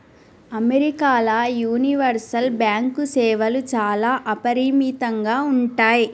అమెరికాల universal bank సేవలు చాలా అపరిమితంగా ఉంటయ్